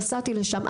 נסעתי לשם,